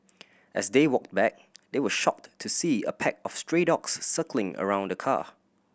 as they walked back they were shocked to see a pack of stray dogs circling around the car